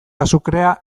azukrea